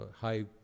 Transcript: high